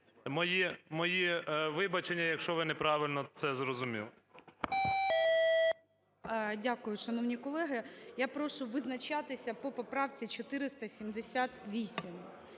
мої вибачення, якщо ви неправильно це зрозуміли. ГОЛОВУЮЧИЙ. Дякую, шановні колеги. Я прошу визначатися по поправці 478.